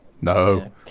No